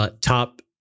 Top